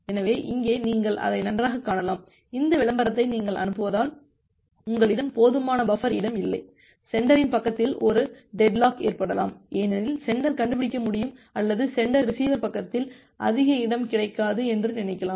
எனவே இங்கே நீங்கள் அதை நன்றாகக் காணலாம் இந்த விளம்பரத்தை நீங்கள் அனுப்புவதால் உங்களிடம் போதுமான பஃபர் இடம் இல்லை சென்டரின் பக்கத்தில் ஒரு டெட்லாக் ஏற்படலாம் ஏனெனில் சென்டர் கண்டுபிடிக்க முடியும் அல்லது சென்டர் ரிசீவர் பக்கத்தில் அதிக இடம் கிடைக்காது என்று நினைக்கலாம்